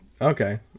Okay